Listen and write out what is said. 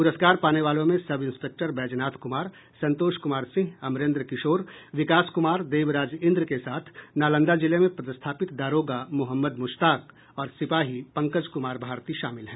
पुरस्कार पाने वालों में सब इंस्पेक्टर बैजनाथ कुमार संतोष कुमार सिंह अमरेन्द्र किशोर विकास कुमार देवराज इंद्र के साथ नालंदा जिले में पदस्थापित दारोगा मोहम्मद मुश्ताक और सिपाही पंकज कुमार भारती शामिल हैं